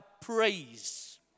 praise